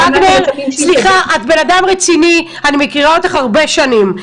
וגנר, את בן אדם רציני, אני מכירה אותך הרבה שנים.